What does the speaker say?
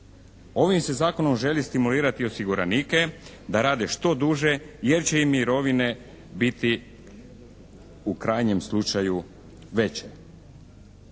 Ovim se zakonom želi stimulirati osiguranike da rade što duže jer će im mirovine biti u krajnjem slučaju veće.